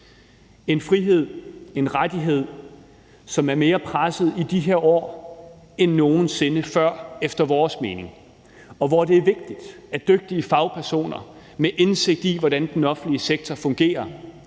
en frihed, en rettighed, som efter vores mening er mere presset i de her år end nogen sinde før, og det er vigtigt, at dygtige fagpersoner med indsigt i, hvordan den offentlige sektor fungerer,